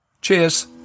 Cheers